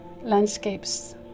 landscapes